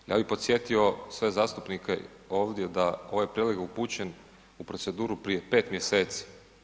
Ja bih podsjetio sve zastupnike ovdje da ovaj prijedlog je upućen u proceduru prije 5 mjeseci.